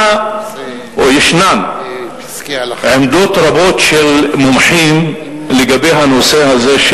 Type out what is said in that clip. יש עמדות רבות של מומחים לגבי הנושא הזה,